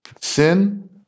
Sin